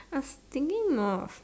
I was thinking more of